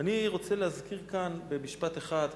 אני רוצה להזכיר כאן במשפט אחד,